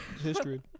History